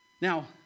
Now